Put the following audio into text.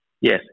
Yes